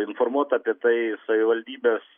informuot apie tai savivaldybės